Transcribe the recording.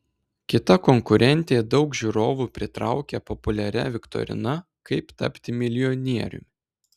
kita konkurentė daug žiūrovų pritraukia populiaria viktorina kaip tapti milijonieriumi